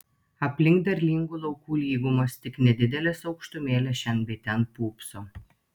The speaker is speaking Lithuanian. aplink derlingų laukų lygumos tik nedidelės aukštumėlės šen bei ten pūpso